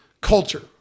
culture